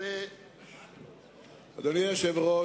אדוני היושב-ראש,